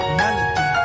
melody